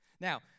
Now